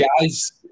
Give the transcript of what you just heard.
guys